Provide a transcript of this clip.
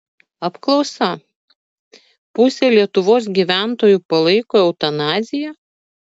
apklausa pusė lietuvos gyventojų palaiko eutanaziją